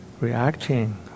reacting